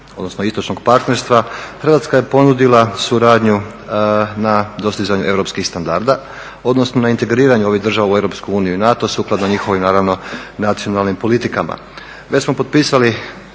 odnosno istočnog partnerstva Hrvatska je ponudila suradnju na dostizanju europskih standarda, odnosno na integriranju ovih država u EU i NATO sukladno njihovim naravno nacionalnim politikama.